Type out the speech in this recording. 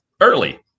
early